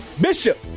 Bishop